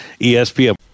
ESPN